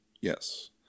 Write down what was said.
Yes